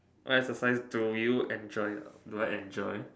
what exercise do you enjoy do I enjoy